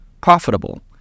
profitable